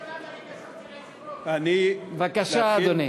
אני, בבקשה, אדוני.